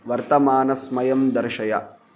वर्तमानसमयं दर्शय